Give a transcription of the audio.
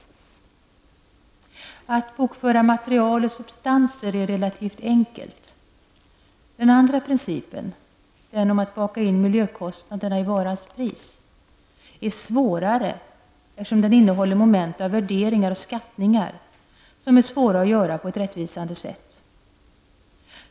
Att bokföra material och substanser är relativt enkelt. Den andra principen -- den om att baka in miljökostnaderna i varans pris -- är svårare eftersom den innehåller moment av värderingar och skattningar som är svåra att göra på ett rättvisande sätt.